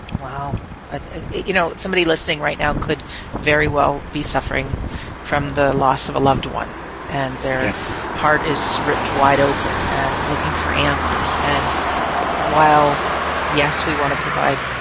wow i you know somebody listening right now could very well be suffering from the loss of a loved one and their heart is ripped wide open and looking for answers and while yes we want to provide